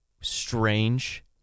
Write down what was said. strange